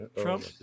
Trump